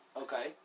Okay